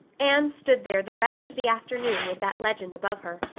anne stood there the rest of the afternoon with that legend above her.